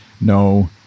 no